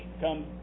come